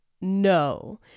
no